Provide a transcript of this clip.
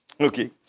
Okay